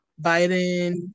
Biden